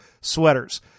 sweaters